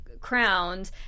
crowned